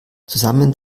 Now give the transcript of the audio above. zusammen